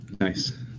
Nice